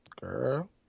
Girl